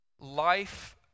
life